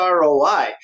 ROI